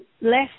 less